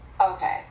Okay